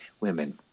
women